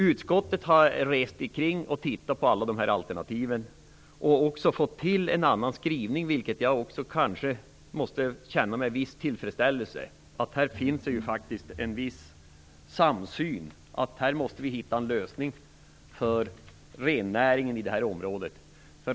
Utskottet har rest runt och tittat på alla alternativen och även fått till stånd en annan skrivning, vilket jag måste säga med viss tillfredsställelse. Här finns det faktiskt en viss samsyn: Här måste vi hitta en lösning för rennäringen i området.